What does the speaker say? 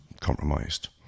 compromised